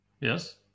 Yes